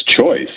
choice